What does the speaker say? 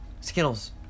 Skittles